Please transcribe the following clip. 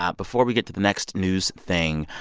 ah before we get to the next news thing,